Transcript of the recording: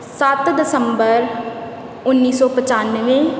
ਸੱਤ ਦਸੰਬਰ ਉੱਨੀ ਸੌ ਪਚਾਨਵੇਂ